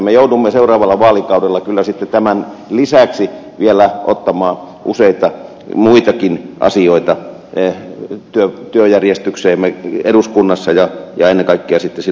me joudumme seuraavalla vaalikaudella kyllä tämän lisäksi vielä ottamaan useita muitakin asioita työjärjestykseemme eduskunnassa ja ennen kaikkea silloin istuvassa hallituksessa